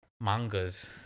mangas